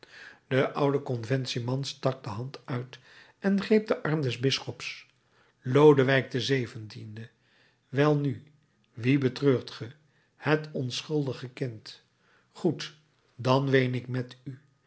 de oude conventieman stak de hand uit en greep den arm des bisschops lodewijk xvii welnu wien betreurt ge het onschuldige kind goed dan ween ik met u